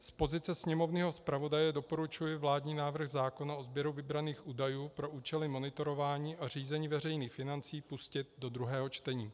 Z pozice sněmovního zpravodaje doporučuji vládní návrh zákona o sběru vybraných údajů pro účely monitorování a řízení veřejných financí pustit do druhého čtení.